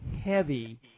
heavy